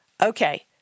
okay